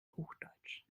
hochdeutsch